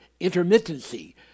intermittency